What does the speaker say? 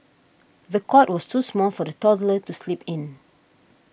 the cot was too small for the toddler to sleep in